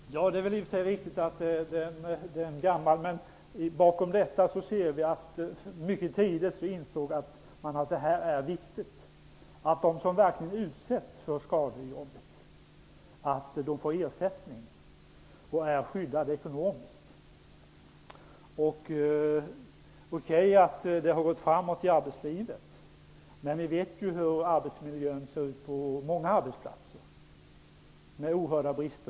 Herr talman! Det är väl i och för sig riktigt att principen är gammal. Man insåg mycket tidigt att det är viktigt att de som verkligen utsätts för skador i jobbet får ersättning och är skyddade ekonomiskt. Visst har det gått framåt i arbetslivet, men vi vet hur arbetslivet ser ut. Många arbetsplatser har oerhörda brister.